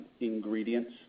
ingredients